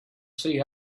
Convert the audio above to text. see